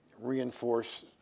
reinforce